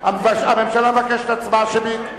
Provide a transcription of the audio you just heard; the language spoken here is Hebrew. הממשלה מבקשת הצבעה שמית.